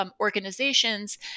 organizations